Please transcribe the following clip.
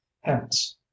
hence